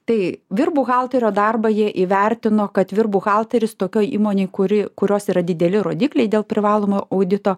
tai vyr buhalterio darbą jie įvertino kad vyr buhalteris tokioj įmonėj kuri kurios yra dideli rodikliai dėl privalomo audito